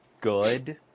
good